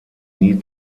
nie